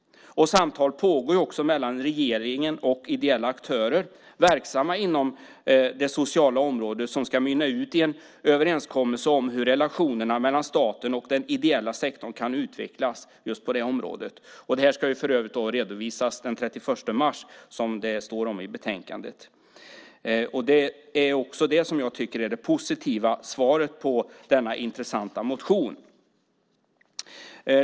Samtal pågår också mellan regeringen och ideella aktörer verksamma inom det sociala området som ska mynna ut i en överenskommelse om hur relationerna mellan staten och den ideella sektorn kan utvecklas just på detta område. Detta ska för övrigt redovisas den 31 mars, vilket framgår av betänkandet. Detta tycker jag är det positiva svaret på denna intressanta motion.